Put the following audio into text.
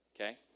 okay